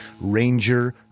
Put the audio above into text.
Ranger